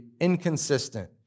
inconsistent